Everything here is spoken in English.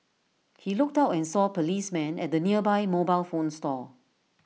he looked out and saw policemen at the nearby mobile phone store